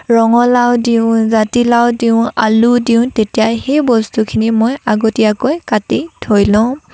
ৰঙালাও দিওঁ জাতিলাও দিওঁ আলু দিওঁ তেতিয়া সেই বস্তুখিনি মই আগতীয়াকৈ কাটি ধুই লওঁ